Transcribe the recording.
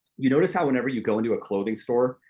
you notice how whenever you go into a clothing store,